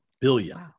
Billion